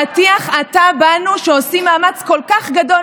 שיקולים שאינם טובת מדינת ישראל,